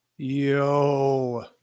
Yo